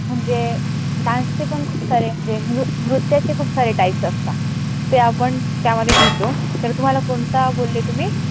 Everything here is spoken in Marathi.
म्हणजे डान्सचे पण खूप सारे म्हणजे नृ नृत्याचे खूप सारे टाईप्स असतात ते आपण त्यामध्ये घेतो तर तुम्हाला कोणता बोलले तुम्ही